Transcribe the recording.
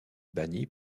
banni